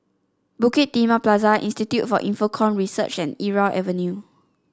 Bukit Timah Plaza Institute for Infocomm Research and Irau Avenue